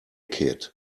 kid